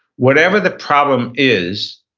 whatever the problem is,